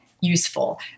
useful